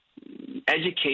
education